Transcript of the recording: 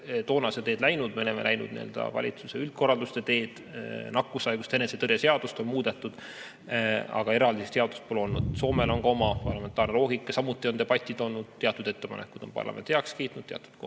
ole seda teed läinud, me oleme läinud valitsuse üldkorralduse teed, nakkushaiguste ennetamise ja tõrje seadust on muudetud, aga eraldi seadust pole olnud. Soomel on ka oma parlamentaarne loogika, samuti on debatid olnud, teatud ettepanekud on parlament heaks kiitnud, teatud